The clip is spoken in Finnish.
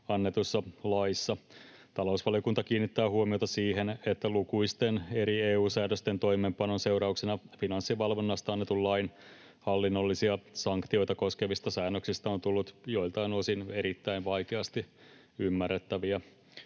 annetussa laissa. Talousvaliokunta kiinnittää huomiota siihen, että lukuisten eri EU-säädösten täytäntöönpanon seurauksena Finanssivalvonnasta annetun lain hallinnollisia sanktioita koskevista säännöksistä on tullut joiltain osin erittäin vaikeasti ymmärrettäviä.